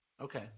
Okay